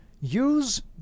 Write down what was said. use